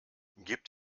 gibt